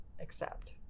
accept